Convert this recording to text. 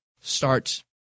start